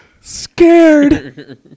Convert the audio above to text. scared